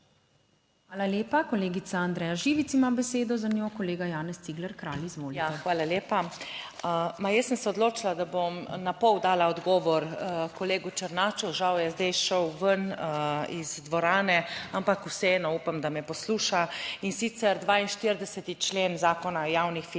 Hvala lepa. Kolegica Andreja Živic ima besedo, za njo kolega Janez Cigler Kralj. Izvolite. **ANDREJA ŽIVIC (PS Svoboda):** Hvala lepa. Jaz sem se odločila, da bom na pol dala odgovor kolegu Černaču, žal je zdaj šel ven iz dvorane, ampak vseeno upam, da me posluša. In sicer, 42. člen Zakona o javnih financah,